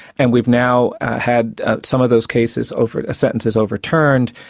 and we've now had some of those cases over, sentences overturned.